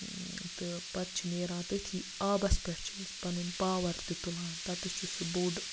تہٕ پَتہٕ چھِ نیران تٔتھی آبَس پٮ۪ٹھ چھِ أسۍ پَنُن پاوَر تہِ تُلان تَتَتھ چھُ سُہ بوٚڑ